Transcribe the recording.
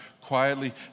quietly